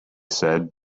said